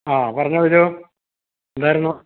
ആ പറഞ്ഞോളൂ ബിജൂ എന്തായിരുന്നു